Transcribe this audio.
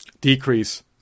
Decrease